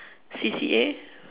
C C A